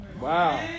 wow